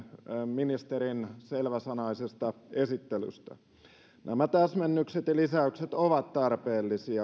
ministerin selväsanaisesta esittelystä nämä täsmennykset ja lisäykset ovat tarpeellisia